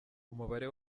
umubare